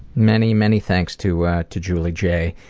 many many thanks to ah to julie j.